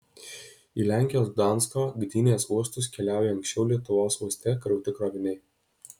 į lenkijos gdansko gdynės uostus keliauja anksčiau lietuvos uoste krauti kroviniai